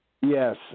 Yes